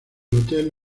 hotel